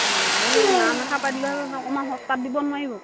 অঁ এই নাম এষাৰ পাতিলোঁহেতেন অকণমান সস্তাত দিব নোৱাৰিব